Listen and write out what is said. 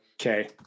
okay